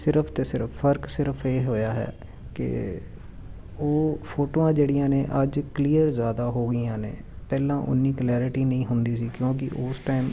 ਸਿਰਫ਼ ਅਤੇ ਸਿਰਫ਼ ਫ਼ਰਕ ਸਿਰਫ਼ ਇਹ ਹੋਇਆ ਹੈ ਕਿ ਉਹ ਫੋਟੋਆਂ ਜਿਹੜੀਆਂ ਨੇ ਅੱਜ ਕਲੀਅਰ ਜ਼ਿਆਦਾ ਹੋ ਗਈਆਂ ਨੇ ਪਹਿਲਾਂ ਉੰਨੀ ਕਲੈਰਟੀ ਨਹੀਂ ਹੁੰਦੀ ਸੀ ਕਿਉਂਕਿ ਉਸ ਟਾਈਮ